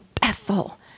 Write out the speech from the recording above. Bethel